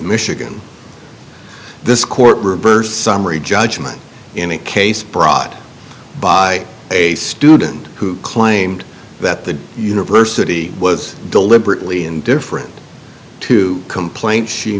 michigan this court reversed summary judgment in a case brought by a student who claimed that the university was deliberately indifferent to complaint she